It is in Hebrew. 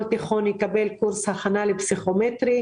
כל תיכון יקבל קורס הכנה לפסיכומטרי.